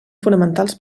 fonamentals